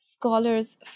scholars